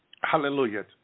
hallelujah